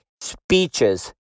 speeches